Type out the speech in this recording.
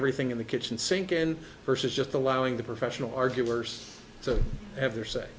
everything in the kitchen sink in versus just allowing the professional arguers to have their say